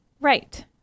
Right